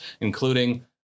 including